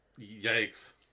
yikes